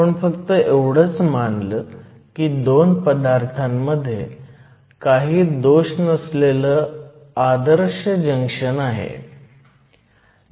आपण फक्त एवढंच मानलं की 2 पदार्थांमध्ये काही दोष नसलेलं आदर्श जंक्शन आहे